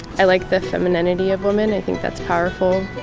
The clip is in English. i like the femininity of women, i think that's powerful.